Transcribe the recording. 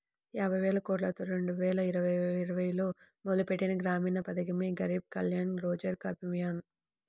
యాబైవేలకోట్లతో రెండువేల ఇరవైలో మొదలుపెట్టిన గ్రామీణ పథకమే గరీబ్ కళ్యాణ్ రోజ్గర్ అభియాన్